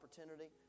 opportunity